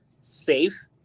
safe